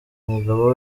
umugabo